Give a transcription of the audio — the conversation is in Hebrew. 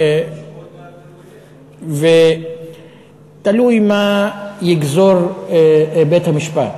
תלוי מה יגזור בית-המשפט.